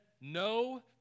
no